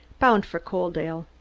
bound for coaldale.